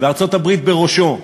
וארצות-הברית בראשו,